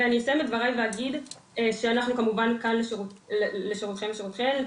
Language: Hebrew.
ואני אסיים את דבריי ואגיד שאנחנו כמובן כאן לשירותכם ולשירותכן,